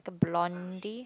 the blondie